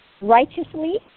righteously